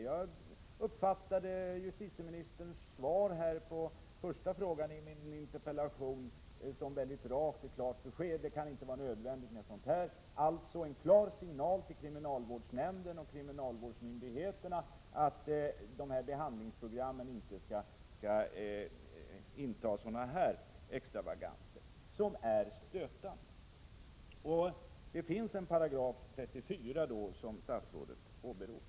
Jag uppfattade justitieministerns svar på den första frågan i min interpellation som ett rakt och klart besked: det kan inte vara nödvändigt med sådant här resande — alltså en klar signal till kriminalvårdsnämnden och kriminalvårdsmyndigheterna att dessa behandlingsprogram inte skall omfatta sådana extravaganser som är stötande. Det finns alltså en paragraf, 34 §, som statsrådet åberopar.